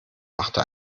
machte